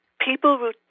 People